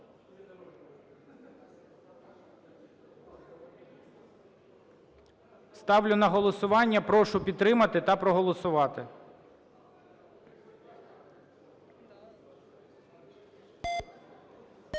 Ставлю на голосування, прошу підтримати та проголосувати.